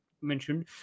mentioned